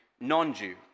non-Jew